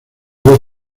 dos